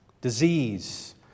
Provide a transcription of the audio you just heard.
disease